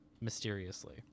mysteriously